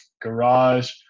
garage